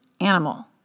animal